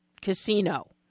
Casino